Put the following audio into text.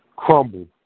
crumble